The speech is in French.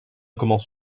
commences